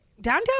downtown